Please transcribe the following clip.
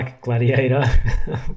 Gladiator